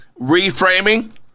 reframing